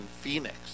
Phoenix